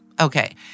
okay